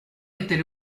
était